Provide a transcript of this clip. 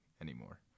anymore